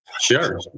Sure